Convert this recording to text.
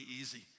easy